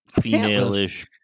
female-ish